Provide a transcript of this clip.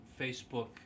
Facebook